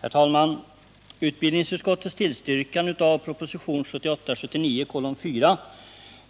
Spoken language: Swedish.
Herr talman! Utbildningsutskottets tillstyrkan av proposition 1978/79:4,